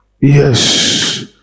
Yes